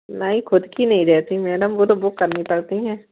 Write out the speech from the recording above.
नहीं ख़ुद कि नहीं रहती है मैडम वह तो बुक करनी पड़ती है